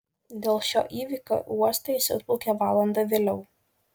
dėl šio įvykio į uostą jis atplaukė valanda vėliau